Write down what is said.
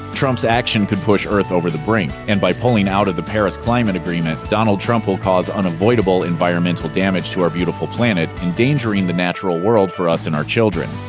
trump's action could push earth over the brink and pulling out of the paris climate agreement, donald trump will cause unavoidable environmental damage to our beautiful planet, endangering the natural world for us and our children.